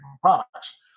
products